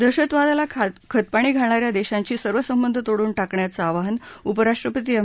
दहशतवादाला खतपाणी घालणाऱ्या देशांशी सर्व संबंध तोडून टाकण्याचं आवाहन उपराष्ट्रपती एम